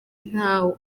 nta